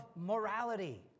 morality